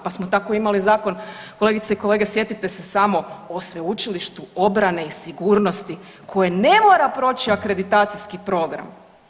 Pa smo tako imali zakon kolegice i kolege sjetite se samo o Sveučilištu obrane i sigurnosti koji ne mora proći akreditacijski program.